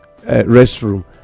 restroom